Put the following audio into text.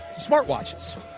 smartwatches